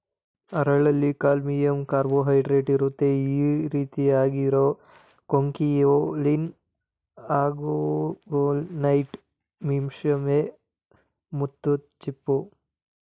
ಹರಳಲ್ಲಿ ಕಾಲ್ಶಿಯಂಕಾರ್ಬೊನೇಟ್ಇರುತ್ತೆ ಈರೀತಿ ಆಗಿರೋ ಕೊಂಕಿಯೊಲಿನ್ ಆರೊಗೊನೈಟ್ ಮಿಶ್ರವೇ ಮುತ್ತುಚಿಪ್ಪು